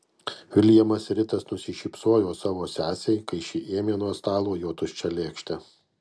viljamas ritas nusišypsojo savo sesei kai ši ėmė nuo stalo jo tuščią lėkštę